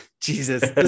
jesus